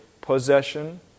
possession